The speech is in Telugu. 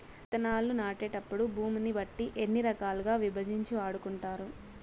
విత్తనాలు నాటేటప్పుడు భూమిని బట్టి ఎన్ని రకాలుగా విభజించి వాడుకుంటారు?